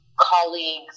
colleagues